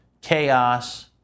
chaos